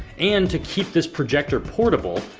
and to keep this projector portable,